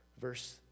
Verse